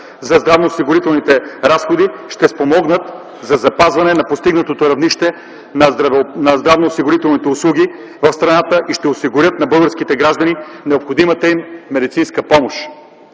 за здравноосигурителните разходи, ще спомогнат за запазване на постигнатото равнище на здравноосигурителните услуги в страната и ще осигурят на българските граждани необходимата им медицинска помощ.